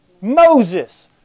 Moses